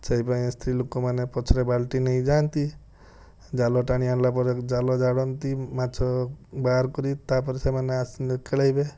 ସେଇପାଇଁ ସ୍ତ୍ରୀ ଲୋକମାନେ ବାଲ୍ଟି ନେଇଯାଆନ୍ତି ଜାଲ ଟାଣି ଆଣିଲା ପରେ ଜାଲ ଜାଳନ୍ତି ମାଛ ମାଛ ବାହାର କରି ତା'ପରେ ସେମାନେ ଆସିଲେ ଖେଳାଇବେ